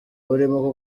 burimo